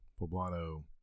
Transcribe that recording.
poblano